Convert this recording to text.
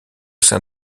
sein